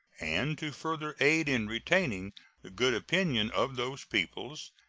and to further aid in retaining the good opinion of those peoples,